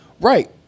Right